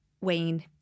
Wayne